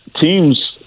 teams